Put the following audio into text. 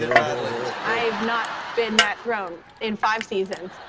i have not been that thrown in five seasons.